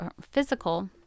physical